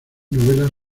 novelas